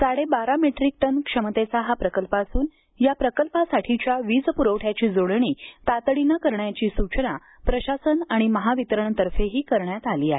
साडेबारा metric tonne क्षमतेचा हा प्रकल्प असून या प्रकल्पासाठीच्या वीज प्रवठ्याची जोडणी तातडीनं करण्याची सूचना प्रशासन आणि महावितरणतर्फेही करण्यात आली आहे